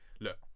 look